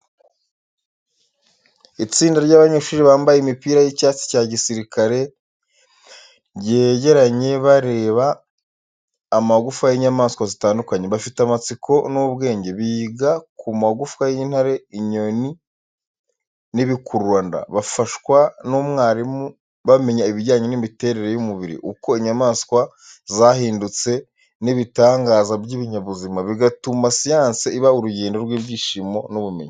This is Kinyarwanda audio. Itsinda ry’abanyeshuri bambaye amipira y’icyatsi cya gisirikare ryegeranye bareba amagufwa y’inyamaswa zitandukanye. Bafite amatsiko n’ubwenge, biga ku magufwa y’intare, inyoni n’ibikururanda. Bafashwa n’umwarimu, bamenya ibijyanye n’imiterere y’umubiri, uko inyamaswa zahindutse n’ibitangaza by’ibinyabuzima, bigatuma siyanse iba urugendo rw’ibyishimo n’ubumenyi.